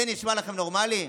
זה נשמע לכם נורמלי?